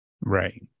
Right